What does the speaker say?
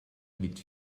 mit